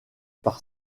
par